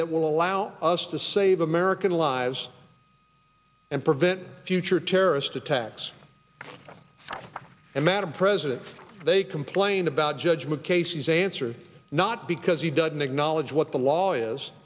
that will allow us to save american lives and prevent future terrorist attacks and madam president they complain about judgment cases answer not because he doesn't acknowledge what the law is